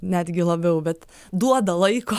netgi labiau bet duoda laiko